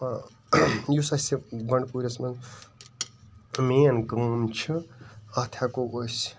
آ یُس اَسہِ یہِ بٛنڈٕپوٗرِس مَنٛز مین کٲم چھِ اَتھ ہیٚکو أسۍ